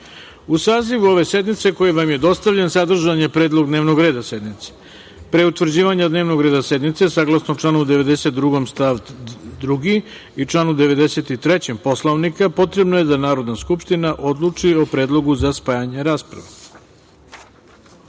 sazivu ove sednice, koji vam je dostavljen, sadržan je predlog dnevnog reda sednice. Pre utvrđivanja dnevnog reda sednice, saglasno članu 92. stav 2. i članu 93. Poslovnika, potrebno je da Narodna skupština odluči o predlogu za spajanje rasprave. Narodni